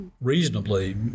reasonably